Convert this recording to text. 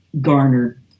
garnered